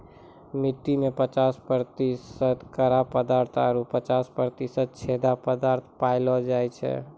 मट्टी में पचास प्रतिशत कड़ा पदार्थ आरु पचास प्रतिशत छेदा पायलो जाय छै